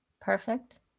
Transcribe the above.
Perfect